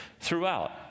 throughout